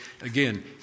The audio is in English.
Again